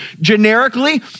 generically